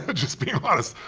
but just being honest.